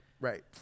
right